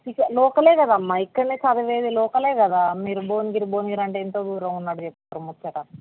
సిక local కదమ్మ ఇక్కడనే చదివేది లోకల్ కదా మీరు భువనగిరి భువనగిరి అంటే ఎంతో దూరం ఉన్నట్టు చెప్తారు ముచ్చట